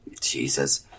Jesus